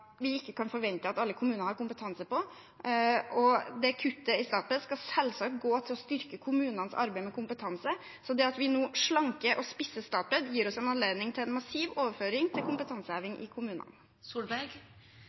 vi ikke kan forvente at alle kommuner har kompetanse for. Kuttet i Statped skal selvsagt gå til å styrke kommunenes arbeid med kompetanse. Så det at vi nå slanker og spisser Statped, gir oss en anledning til å foreta en massiv overføring til